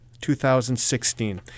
2016